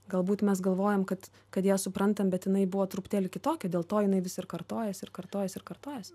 galbūt mes galvojam kad kad ją suprantam bet jinai buvo truputėlį kitokia dėl to jinai vis ir kartojas ir kartojas ir kartojas